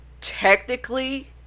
technically